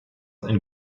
einen